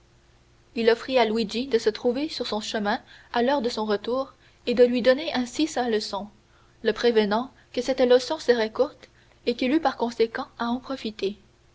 il offrit à luigi de se trouver sur son chemin à l'heure de son retour et de lui donner ainsi sa leçon le prévenant que cette leçon serait courte et qu'il eût par conséquent à en profiter